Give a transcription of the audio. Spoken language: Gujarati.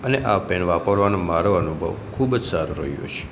અને આ પૅન વાપરવાનો મારો અનુભવ ખૂબ જ સારો રહ્યો છે